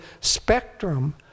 spectrum